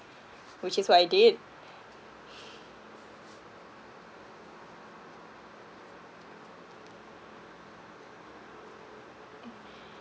which is what I did